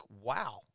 wow